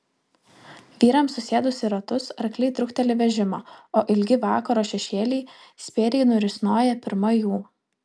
vyrams susėdus į ratus arkliai trukteli vežimą o ilgi vakaro šešėliai spėriai nurisnoja pirma jų